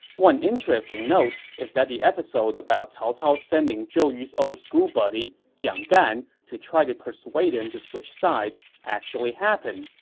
one interesting note is that the episode about cao cao sending zhou yu's old school buddy jiang gan to try to persuade him to switch sides actually happened,